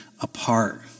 apart